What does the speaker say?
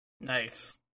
Nice